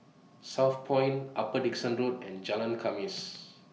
Southpoint Upper Dickson Road and Jalan Khamis